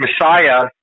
messiah